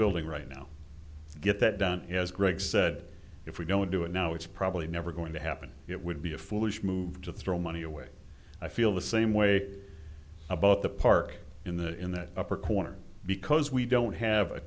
building right now get that done as greg said if we don't do it now it's probably never going to happen it would be a foolish move to throw money away i feel the same way about the park in the in that upper corner because we don't have a